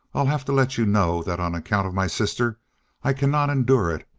i'll have to let you know that on account of my sister i cannot endure it.